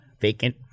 vacant